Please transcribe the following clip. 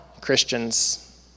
Christians